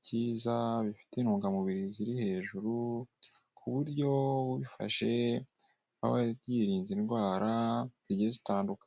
byiza bifite intungamubiri ziri hejuru kuburyo ubifashe aba yirinze indwara zigiye zitandukanye.